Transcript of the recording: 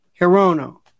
Hirono